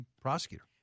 prosecutor